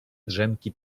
drzemki